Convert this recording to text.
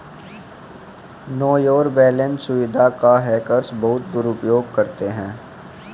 no your balance सुविधा का hackers बहुत दुरुपयोग करते हैं